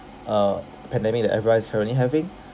uh pandemic that everyone is currently having